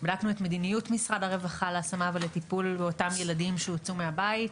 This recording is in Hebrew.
בדקנו את מדיניות משרד הרווחה להשמה ולטיפול באותם ילדים שהוצאו מהבית,